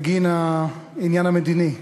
בגין העניין המדיני.